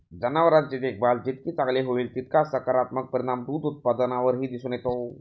जनावरांची देखभाल जितकी चांगली होईल, तितका सकारात्मक परिणाम दूध उत्पादनावरही दिसून येतो